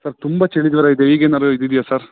sir ತುಂಬ ಚಳಿ ಜ್ವರ ಇದೆ ಈಗ ಏನಾರೂ ಇದಿದ್ಯಾ ಸರ್